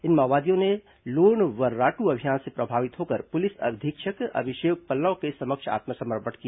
इन माओवादियों ने लोन वर्राटू अभियान से प्रभावित होकर पुलिस अधीक्षक अभिषेक पल्लव के समक्ष आत्मसमर्पण किया